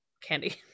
candy